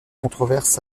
controverse